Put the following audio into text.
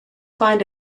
find